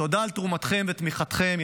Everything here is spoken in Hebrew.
תודה על תרומתכם ותמיכתכם.